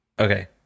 Okay